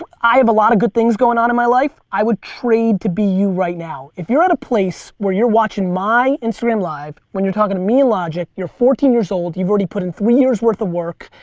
ah i have a lot of good things goin' on in my life. i would trade to be you right now. if you're at a place where you're watching my instagram live, when you're talkin' to me and logic. you're fourteen years old. you've already put in three years worth of work.